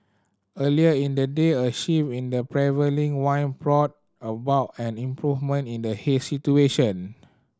earlier in the day a shift in the prevailing wind brought about an improvement in the haze situation